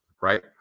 right